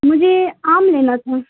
مجھے آم لینا تھا